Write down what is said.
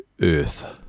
earth